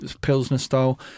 Pilsner-style